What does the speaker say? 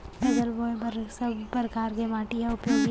फसल बोए बर का सब परकार के माटी हा उपयोगी हे?